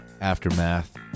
aftermath